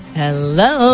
hello